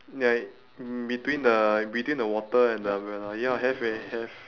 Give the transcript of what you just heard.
ya it between the between the water and the umbrella ya have eh have